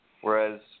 whereas